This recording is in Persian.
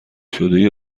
شده